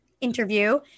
interview